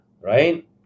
right